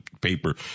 paper